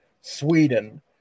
sweden